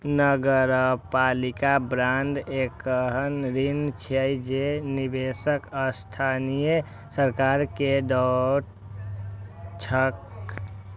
नगरपालिका बांड एहन ऋण छियै जे निवेशक स्थानीय सरकार कें दैत छैक